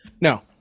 No